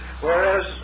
Whereas